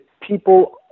people